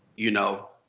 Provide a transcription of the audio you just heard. you know.